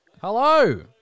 Hello